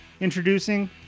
Introducing